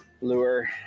lure